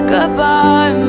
Goodbye